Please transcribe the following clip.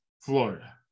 Florida